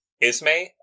Ismay